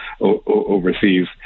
overseas